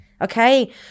Okay